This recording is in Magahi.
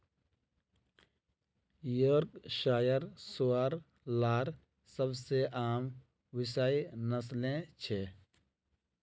यॉर्कशायर सूअर लार सबसे आम विषय नस्लें छ